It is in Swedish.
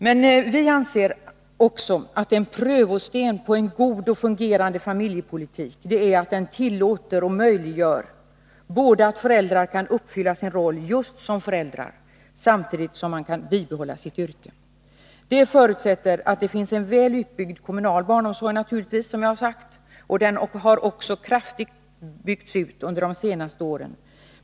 Men vi anser också att en prövosten på en god och fungerande familjepolitik är att den tillåter och möjliggör att föräldrar kan uppfylla sin roll som just föräldrar samtidigt som de kan behålla sitt yrke. Det förutsätter naturligtvis att det finns en väl utbyggd kommunal barnomsorg — som jag har sagt. Den har också byggts ut kraftigt under de senaste åren.